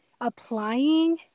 applying